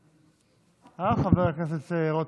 אה, חבר הכנסת רוטמן?